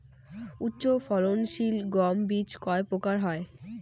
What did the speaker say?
উচ্চ ফলন সিল গম বীজ কয় প্রকার হয়?